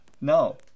No